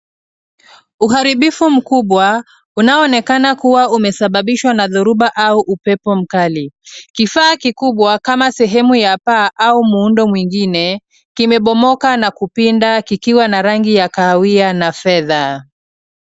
Uharibifu mkubwa unaonekana kuwa umesababishwa na dhoruba au upepo mkali. Kifaa kikubwa kama sehemu ya paa au muundo mwingine kimebomoka na kupinda, kikiwa na rangi ya kahawia na fedha.